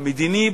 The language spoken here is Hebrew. המדיני,